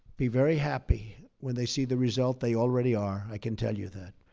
be very happy when they see the result. they already are. i can tell you that.